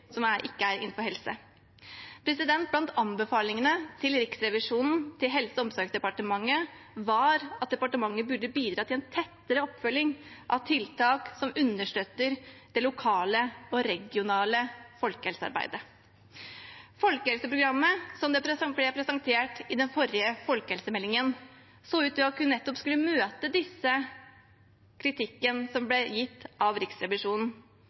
som ikke er innenfor helse. Blant anbefalingene til Riksrevisjonen til Helse- og omsorgsdepartementet var at departementet burde bidra til en tettere oppfølging av tiltak som understøtter det lokale og regionale folkehelsearbeidet. Folkehelseprogrammet som ble presentert i den forrige folkehelsemeldingen, så ut til nettopp å skulle møte den kritikken som ble gitt av Riksrevisjonen.